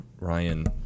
Ryan